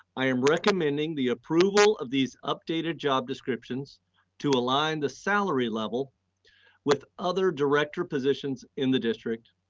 i am recommending the approval of these updated job descriptions to align the salary level with other director positions in the district.